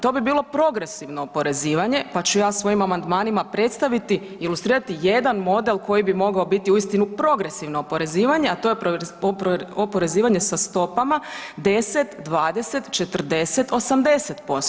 To bi bilo progresivno oporezivanje pa ću ja svojim amandmanima predstaviti, ilustrirati jedan model koji bi mogao biti uistinu progresivno oporezivanje, a to je oporezivanje sa stopama 10, 20, 40, 80%